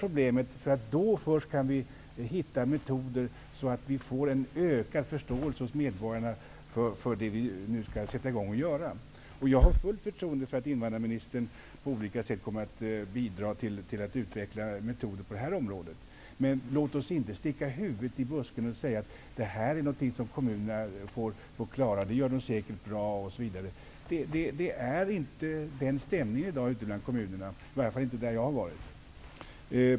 Först när vi har gjort det kan vi hitta metoder för att vinna en ökad förståelse hos medborgarna för det som vi nu skall sätta i gång med. Jag har fullt förtroende för invandrarministern när det gäller att på olika sätt bidra till att metoder utvecklas på detta område. Men vi får inte sticka huvudet i busken och säga att det här är något som kommunerna får klara, att de säkert gör det bra osv. En sådan stämning finns inte i dag ute i kommunerna, i varje fall inte där jag har varit.